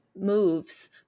moves